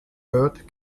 heard